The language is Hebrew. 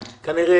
כנראה,